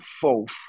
fourth